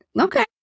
okay